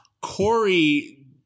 Corey